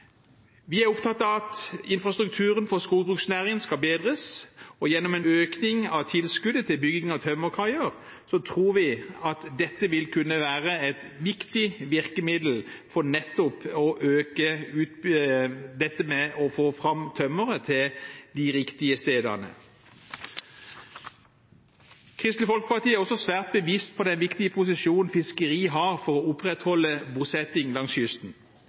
Vi er opptatt av at infrastrukturen for skogbruksnæringen skal bedres. Gjennom en økning av tilskuddet til bygging av tømmerkaier tror vi at dette vil være et viktig virkemiddel for å få fram tømmeret til de riktige stedene. Kristelig Folkeparti er svært bevisst på den viktige posisjonen fiskeri har for å opprettholde bosetting langs kysten.